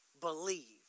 believe